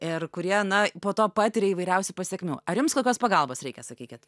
ir kurie na po to patiria įvairiausių pasekmių ar jums kokios pagalbos reikia sakykit